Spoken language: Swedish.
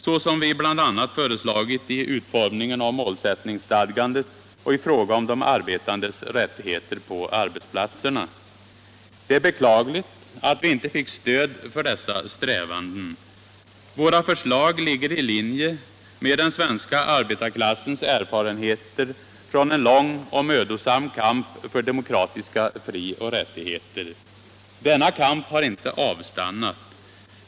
Så är t.ex. fallet när det gäller utformningen av målsättningsstadgandet och i fråga om de arbetandes rättigheter på arbetsplatsen. Det är beklagligt att vi inte fick stöd för dessa strävanden. Våra förslag ligger i linje med den svenska arbetarklassens erfarenheter från en lång och mödosam kamp för demokratiska frioch rättigheter. Denna kamp har inte avstannat.